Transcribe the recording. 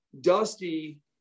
Dusty